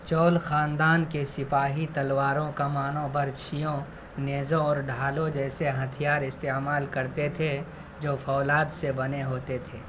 چول خاندان کے سپاہی تلواروں کمانوں برچھیوں نیزوں اور ڈھالوں جیسے ہتھیار استعمال کرتے تھے جو فولاد سے بنے ہوتے تھے